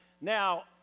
Now